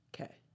Okay